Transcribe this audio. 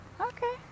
okay